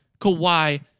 Kawhi